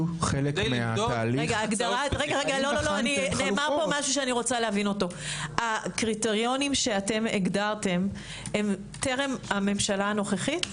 אני רוצה להבין - הקריטריונים שהגדרתם הם טרם הממשלה הנוכחית?